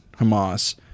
hamas